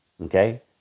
Okay